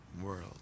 world